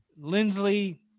Lindsley